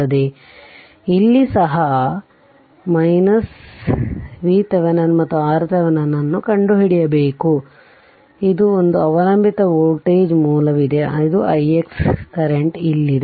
ಆದ್ದರಿಂದ ಇಲ್ಲಿ ಸಹ VThevenin ಮತ್ತು RThevenin ಕಂಡುಹಿಡಿಯಬೇಕು ಒಂದು ಅವಲಂಬಿತ ವೋಲ್ಟೇಜ್ ಮೂಲವಿದೆ ಇದು ix ಕರೆಂಟ್ ಇಲ್ಲಿದೆ